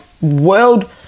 world